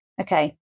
Okay